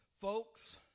Folks